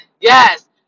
Yes